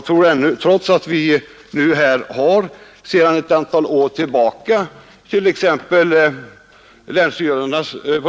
Trots att det nu. sedan ett antal är tillbaka, på tex.